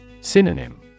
Synonym